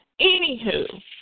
anywho